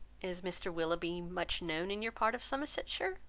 is mr. willoughby much known in your part of somersetshire?